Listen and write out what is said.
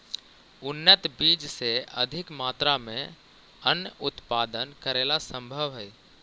उन्नत बीज से अधिक मात्रा में अन्नन उत्पादन करेला सम्भव हइ